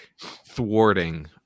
thwarting